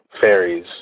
fairies